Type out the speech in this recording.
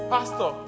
Pastor